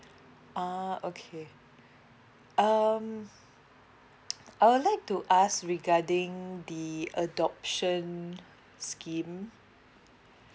oh okay um I would like to ask regarding the adoption scheme